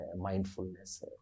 mindfulness